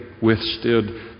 withstood